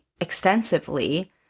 extensively